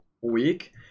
week